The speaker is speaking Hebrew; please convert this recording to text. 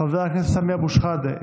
חבר הכנסת סמי אבו שחאדה,